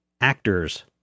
actors